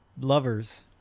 lovers